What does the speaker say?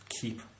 keep